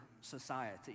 society